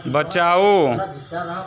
बचाओ